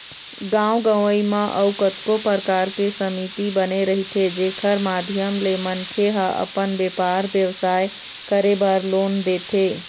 गाँव गंवई म अउ कतको परकार के समिति बने रहिथे जेखर माधियम ले मनखे ह अपन बेपार बेवसाय करे बर लोन देथे